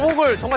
words?